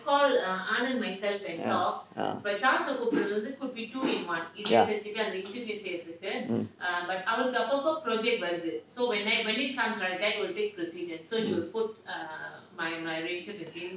ah ah ya mm mm